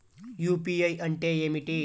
UPI అంటే ఏమిటీ?